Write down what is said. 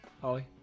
Holly